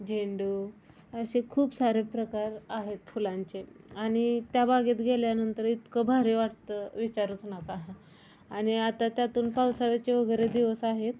झेंडू असे खूप सारे प्रकार आहेत फुलांचे आणि त्या बागेत गेल्यानंतर इतकं भारी वाटतं विचारूच नका आणि आता त्यातून पावसाळ्याचे वगैरे दिवस आहेत